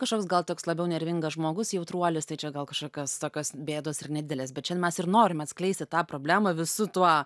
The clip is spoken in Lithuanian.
kažkoks gal toks labiau nervingas žmogus jautruolis tai čia gal kažkokios tokios bėdos ir nedidelės bet čia mes ir norim atskleisti tą problemą visu tuo